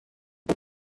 big